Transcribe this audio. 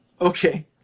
okay